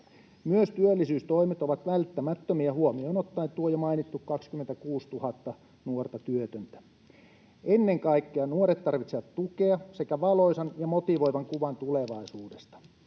Myös työllisyystoimet ovat välttämättömiä huomioon ottaen tuo jo mainittu 26 000 nuorta työtöntä. Ennen kaikkea nuoret tarvitsevat tukea sekä valoisan ja motivoivan kuvan tulevaisuudesta.